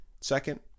second